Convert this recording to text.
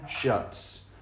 shuts